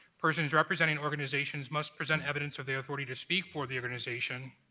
persons representing organizations must present evidence of their authority to speak for the organization.